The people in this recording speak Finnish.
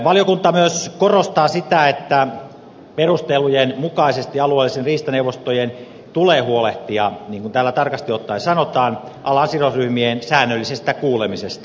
valiokunta korostaa myös sitä että perustelujen mukaisesti alueellisten riistaneuvostojen tulee huolehtia niin kuin täällä tarkasti ottaen sanotaan alan sidosryhmien säännöllisestä kuulemisesta